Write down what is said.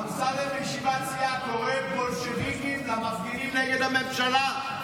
אמסלם בישיבת סיעה קורא "בולשביקים" למפגינים נגד הממשלה.